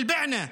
באל-בענה?